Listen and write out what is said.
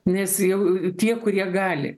nes jau tie kurie gali